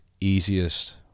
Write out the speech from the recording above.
easiest